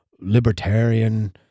libertarian